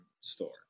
store